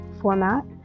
format